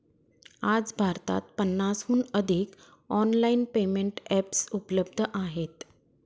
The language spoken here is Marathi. आज भारतात पन्नासहून अधिक ऑनलाइन पेमेंट एप्स उपलब्ध आहेत